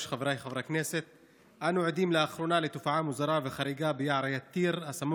עלינו להילחם אותה ולהדהד אותה לכל